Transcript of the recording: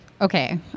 Okay